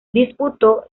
disputó